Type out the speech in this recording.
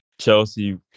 Chelsea